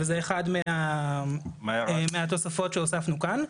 וזה אחד מהתוספות שהוספנו כאן.